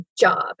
job